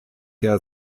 der